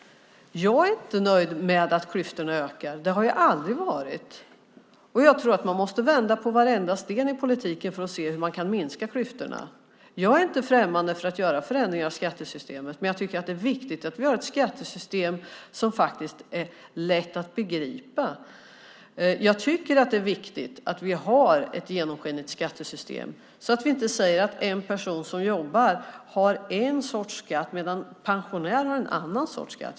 Jag är inte nöjd med att klyftorna ökar. Det har jag aldrig varit, och jag tror att man måste vända på varenda sten i politiken för att se hur man kan minska klyftorna. Jag är inte främmande för att göra förändringar av skattesystemet, men jag tycker att det är viktigt att vi har ett skattesystem som faktiskt är lätt att begripa. Jag tycker att det är viktigt att vi har ett genomskinligt skattesystem, så att vi inte säger att en person som jobbar har en sorts skatt medan pensionärer har en annan sorts skatt.